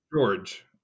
George